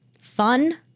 fun